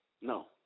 no